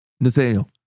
Nathaniel